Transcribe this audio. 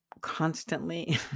constantly